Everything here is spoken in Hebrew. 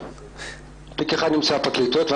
תיק אחד נמצא בפרקליטות,